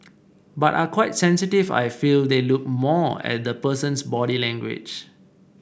but are quite sensitive I feel they look more at the person's body language